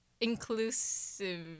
Inclusive